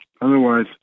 Otherwise